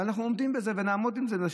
ואנחנו עומדים בזה ונעמוד בזה.